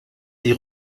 die